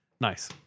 Nice